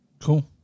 Cool